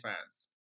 fans